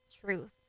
truth